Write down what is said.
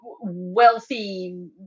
wealthy